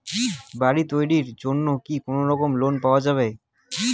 বাড়ি তৈরির জন্যে কি কোনোরকম লোন পাওয়া যাবে?